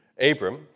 Abram